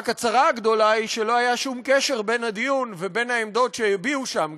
רק הצרה הגדולה היא שלא היה שום קשר בין הדיון ובין העמדות שהביעו שם,